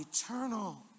eternal